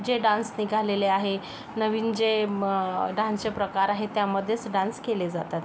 जे डान्स निघालेले आहे नवीन जे म डान्सचे प्रकार आहेत त्यामध्ये डान्स केले जातात